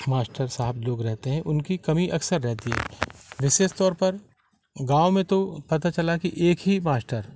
master साहब लोग रहते हैं उनकी कमी अक्सर रहती है विशेष तौर पर गाँव में तो पता चला कि एक ही मास्टर